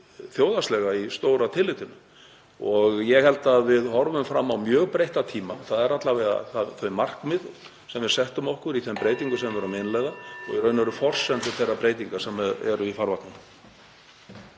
þjóðhagslega, í stóra tillitinu. Ég held að við horfum fram á mjög breytta tíma. Það eru alla vega þau markmið sem við settum okkur í þeim breytingum sem við erum að innleiða og í raun og veru forsendur þeirra breytinga sem eru í farvatninu.